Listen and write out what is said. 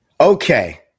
Okay